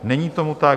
Není tomu tak.